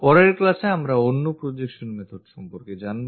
পরের ক্লাসে আমরা অন্য projection method সম্পর্কে জানবো